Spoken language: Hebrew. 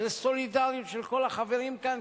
שזו סולידריות של כל החברים כאן,